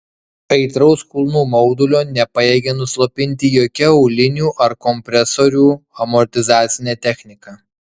aitraus kulnų maudulio nepajėgė nuslopinti jokia aulinių ar kompresorių amortizacinė technika